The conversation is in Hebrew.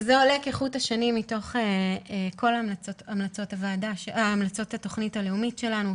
וזה עולה כחוט השני מתוך כל המלצות התוכנית הלאומית שלנו,